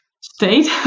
state